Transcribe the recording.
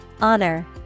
Honor